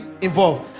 involved